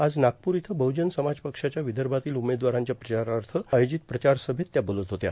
त्या आज नागपूर इथं बद्दजन समाज पक्षाच्या विदर्भातील उमेदवारांच्या प्रचारार्थ आयोजित प्रचार सभेत त्या बोलत होत्या